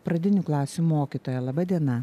pradinių klasių mokytoja laba diena